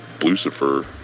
Lucifer